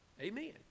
Amen